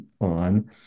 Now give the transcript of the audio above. on